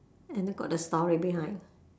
and then got the story behind